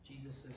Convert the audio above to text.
Jesus